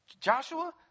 Joshua